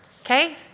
Okay